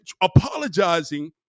apologizing